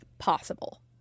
possible